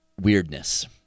weirdness